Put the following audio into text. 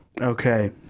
okay